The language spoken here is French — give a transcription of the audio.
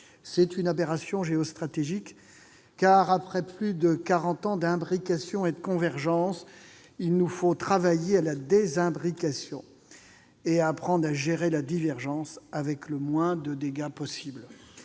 aussi une aberration géostratégique, je le dis depuis deux ans. Après plus de quarante ans d'imbrication et de convergence, il nous faut travailler à la désimbrication et apprendre à gérer la divergence avec le moins de dégâts possible.